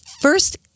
First